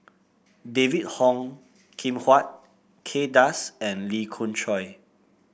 David Ong Kim Huat Kay Das and Lee Khoon Choy